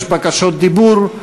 יש בקשות דיבור.